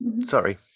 sorry